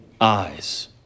eyes